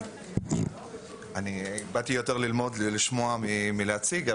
אני באתי יותר ללמוד ולשמוע מאשר להציג,